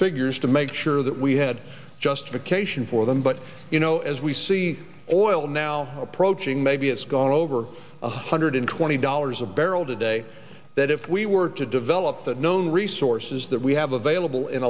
figures to make sure that we had justification for them but you know as we see oil now approaching maybe it's gone over one hundred twenty dollars a barrel today that if we were to develop the known resources that we have available in